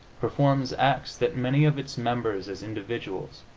performs acts that many of its members, as individuals,